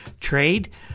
trade